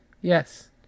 Yes